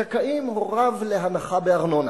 זכאים הוריו להנחה בארנונה.